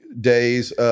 days